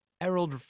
Errol